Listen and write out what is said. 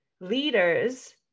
leaders